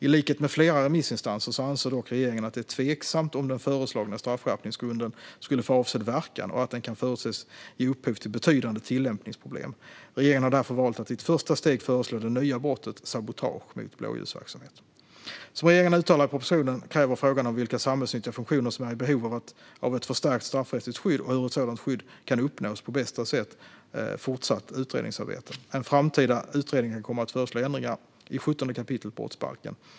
I likhet med flera remissinstanser anser dock regeringen att det är tveksamt om den föreslagna straffskärpningsgrunden skulle få avsedd verkan och att den kan förutses ge upphov till betydande tillämpningsproblem. Regeringen har därför valt att i ett första steg föreslå det nya brottet sabotage mot blåljusverksamhet. Som regeringen uttalar i propositionen kräver frågan om vilka samhällsnyttiga funktioner som är i behov av ett förstärkt straffrättsligt skydd och hur ett sådant skydd kan uppnås på bästa sätt fortsatt utredningsarbete. En framtida utredning kan komma att föreslå ändringar i 17 kap. brottsbalken.